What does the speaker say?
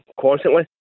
Constantly